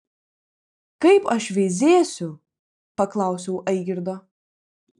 kaip aš veizėsiu paklausiau aigirdo